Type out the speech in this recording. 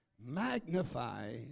Magnify